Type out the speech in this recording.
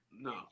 No